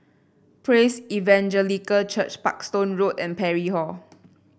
Praise Evangelical Church Parkstone Road and Parry Hall